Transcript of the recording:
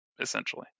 essentially